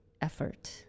effort